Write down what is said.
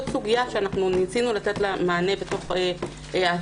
זו סוגיה שניסינו לתת לה מענה בתוך ההצעה,